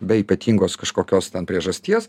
be ypatingos kažkokios priežasties